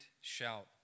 shout